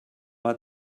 mal